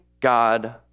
God